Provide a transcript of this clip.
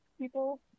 people